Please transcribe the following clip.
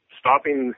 stopping